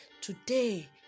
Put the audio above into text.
today